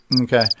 Okay